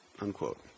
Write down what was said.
unquote